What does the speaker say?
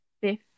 fifth